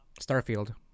Starfield